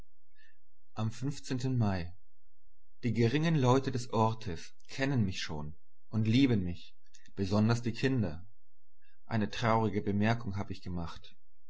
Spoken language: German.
am mai die geringen leute des ortes kennen mich schon und lieben mich besonders die kinder eine traurige bemerkung hab ich gemacht